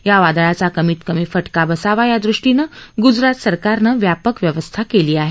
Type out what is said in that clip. या वादळाचा कमीत कमी फाका बसावा या दृष्वीनं ग्जरात सरकारनं व्यापक व्यवस्था केली आहे